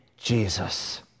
Jesus